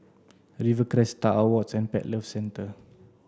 Rivercrest Star Awards and Pet Lovers Centre